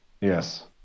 Yes